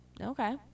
Okay